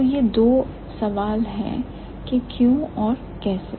तो यह दो प्रश्न है कि क्यों और कैसे